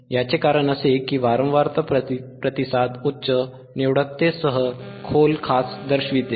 याचे कारण असे की वारंवारता प्रतिसाद उच्च निवडकतेसह खोल खाच दर्शवितो